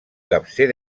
capcer